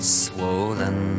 swollen